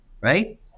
right